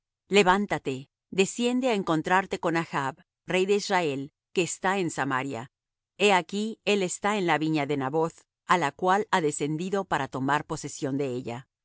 levántate desciende á encontrarte con achb rey de israel que está en samaria he aquí él está en la viña de naboth á la cual ha descendido para tomar posesión de ella